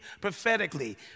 prophetically